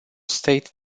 state